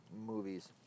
movies